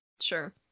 Sure